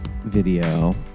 video